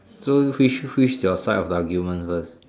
so which which your is side of the argument first